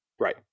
Right